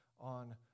on